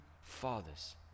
fathers